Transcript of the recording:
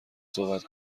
صحبت